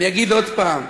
אני אגיד עוד פעם,